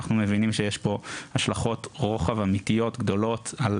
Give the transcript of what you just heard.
אנחנו מבינים שיש פה השלכות רוחב אמיתיות גדולות על